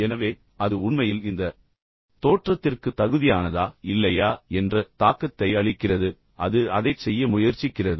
எனவே அது உண்மையில் இந்த தோற்றத்திற்கு தகுதியானதா இல்லையா என்ற தாக்கத்தை அளிக்கிறது எனவே அது அதைச் செய்ய முயற்சிக்கிறது